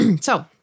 So-